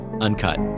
Uncut